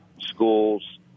schools